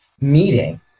meeting